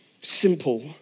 Simple